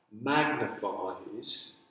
magnifies